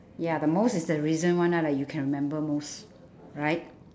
ya the most is the recent one lah that you can remember most right